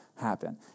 happen